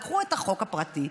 לקחו את החוק הפרטי,